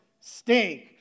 stink